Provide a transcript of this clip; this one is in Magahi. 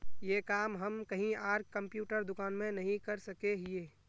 ये काम हम कहीं आर कंप्यूटर दुकान में नहीं कर सके हीये?